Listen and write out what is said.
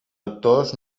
actors